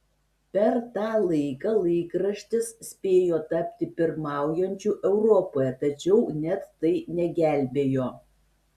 per tą laiką laikraštis spėjo tapti pirmaujančiu europoje tačiau net tai negelbėjo